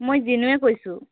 মই জিনুৱে কৈছোঁ